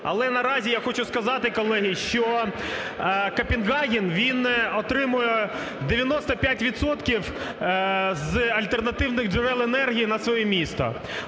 Але наразі я хочу сказати, Колеги, що Копенгаген, він отримує 95 відсотків з альтернативних джерел енергії на своє місто.